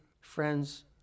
friends